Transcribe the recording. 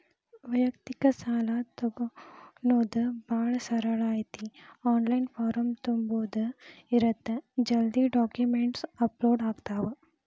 ವ್ಯಯಕ್ತಿಕ ಸಾಲಾ ತೊಗೋಣೊದ ಭಾಳ ಸರಳ ಐತಿ ಆನ್ಲೈನ್ ಫಾರಂ ತುಂಬುದ ಇರತ್ತ ಜಲ್ದಿ ಡಾಕ್ಯುಮೆಂಟ್ಸ್ ಅಪ್ಲೋಡ್ ಆಗ್ತಾವ